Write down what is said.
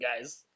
guys